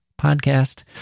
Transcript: podcast